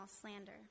slander